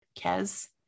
Kez